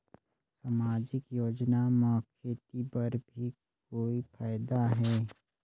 समाजिक योजना म खेती बर भी कोई फायदा है?